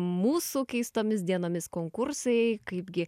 mūsų keistomis dienomis konkursai kaipgi